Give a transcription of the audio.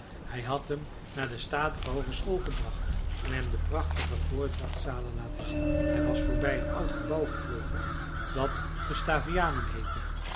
hij had hem naar de statige hoogeschool gebracht en hem de prachtige voordrachtzalen laten zien hij was voorbij een oud gebouw gevlogen dat gustavianum heette